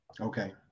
Okay